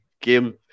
game